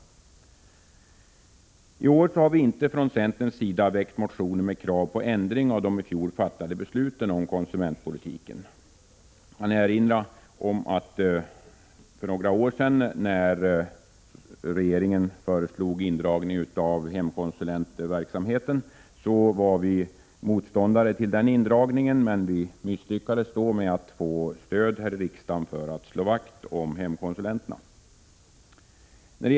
I år har vi från centerns sida inte väckt motioner med krav på ändring av de i fjol fattade besluten om konsumentpolitiken. Jag kan erinra om att vi var motståndare till den av regeringen för några år sedan föreslagna indragningen av hemkonsulentverksamheten, men vi misslyckades då med att få stöd här i riksdagen för att slå vakt om hemkonsulenterna.